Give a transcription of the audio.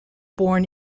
born